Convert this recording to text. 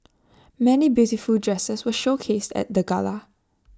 many beautiful dresses were showcased at the gala